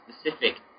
specific